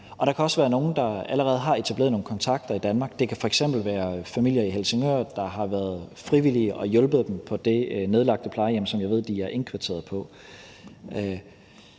der kan også være nogle, der allerede har etableret nogle kontakter i Danmark. Der kan f.eks. være familier i Helsingør, der har været frivillige og hjulpet dem på det nedlagte plejehjem, som jeg ved de er indkvarteret på.